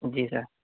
جی سر